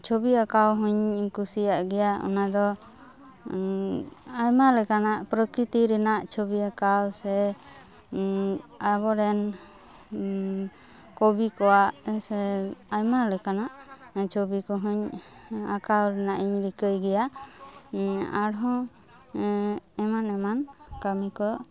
ᱪᱷᱚᱵᱤ ᱟᱸᱠᱟᱣ ᱦᱚᱸᱧ ᱠᱩᱥᱤᱭᱟᱜ ᱜᱮᱭᱟ ᱚᱱᱟ ᱫᱚ ᱟᱭᱢᱟ ᱞᱮᱠᱟᱱᱟᱜ ᱯᱨᱚᱠᱤᱛᱤ ᱨᱮᱱᱟᱜ ᱪᱷᱚᱵᱤ ᱟᱸᱠᱟᱣ ᱥᱮ ᱟᱵᱚᱨᱮᱱ ᱠᱚᱵᱤ ᱠᱚᱣᱟᱜ ᱥᱮ ᱟᱭᱢᱟ ᱞᱮᱠᱟᱱᱟᱜ ᱪᱷᱚᱵᱤ ᱠᱚᱦᱚᱸᱧ ᱟᱸᱠᱟᱣ ᱨᱮᱱᱟᱜ ᱤᱧ ᱨᱤᱠᱟᱹᱭ ᱜᱮᱭᱟ ᱟᱨ ᱦᱚᱸ ᱮᱢᱟᱱ ᱮᱢᱟᱱ ᱠᱟᱹᱢᱤ ᱠᱚ